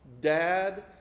dad